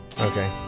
Okay